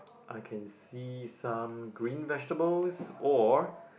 I can see some green vegetables or